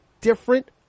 different